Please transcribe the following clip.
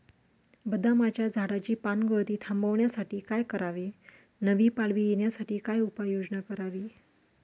बदामाच्या झाडाची पानगळती थांबवण्यासाठी काय करावे? नवी पालवी येण्यासाठी काय उपाययोजना करावी?